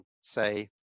say